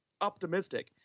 optimistic